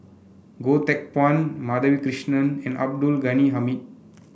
Goh Teck Phuan Madhavi Krishnan and Abdul Ghani Hamid